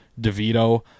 DeVito